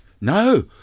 No